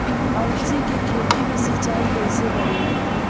अलसी के खेती मे सिचाई कइसे करी?